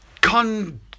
con